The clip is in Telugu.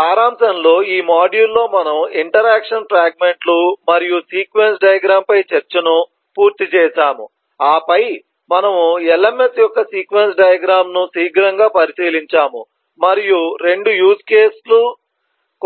సారాంశంలో ఈ మాడ్యూల్లో మనము ఇంటరాక్షన్ ఫ్రాగ్మెంట్ లు మరియు సీక్వెన్స్ డయాగ్రమ్ పై చర్చను పూర్తి చేసాము ఆ పై మనముLMS యొక్క సీక్వెన్స్ డయాగ్రమ్ ను శీఘ్రంగా పరిశీలించాము మరియు 2 యూజ్ కేసుల